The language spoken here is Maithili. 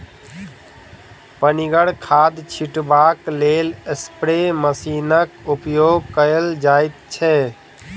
पनिगर खाद छीटबाक लेल स्प्रे मशीनक उपयोग कयल जाइत छै